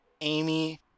Amy